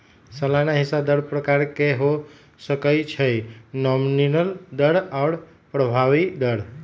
सलाना हिस्सा दर प्रकार के हो सकइ छइ नॉमिनल दर आऽ प्रभावी दर